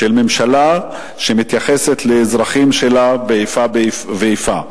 של ממשלה שמתייחסת לאזרחים שלה באיפה ואיפה,